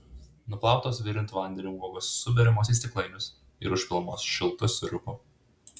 nuplautos virintu vandeniu uogos suberiamos į stiklainius ir užpilamos šiltu sirupu